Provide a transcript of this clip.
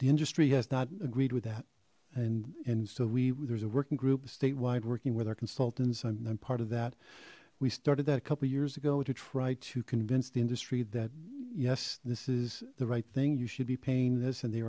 the industry has not agreed with that and and so we there's a working group statewide working with our consultants i'm part of that we started that a couple years ago to try to convince the industry that yes this is the right thing you should be paying this and they